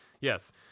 Yes